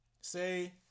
say